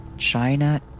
China